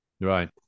Right